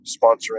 sponsoring